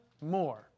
more